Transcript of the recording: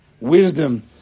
wisdom